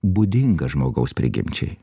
būdinga žmogaus prigimčiai